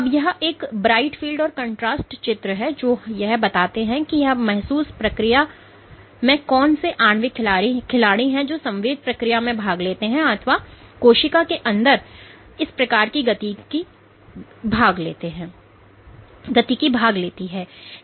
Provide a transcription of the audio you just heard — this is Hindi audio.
अब यह एक ब्राइट फील्ड और कंट्रास्ट चित्र है जो हमें यह बताते हैं कि इस महसूस प्रक्रिया में कौन से आणविक खिलाड़ी है जो संवेद प्रक्रिया में भाग लेते हैं अथवा कोशिका के अंदर किस प्रकार की गति की भाग लेती है